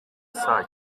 saa